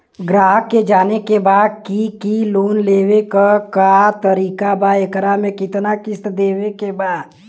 ग्राहक के जाने के बा की की लोन लेवे क का तरीका बा एकरा में कितना किस्त देवे के बा?